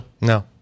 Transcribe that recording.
no